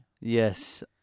Yes